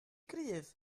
gryf